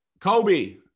Kobe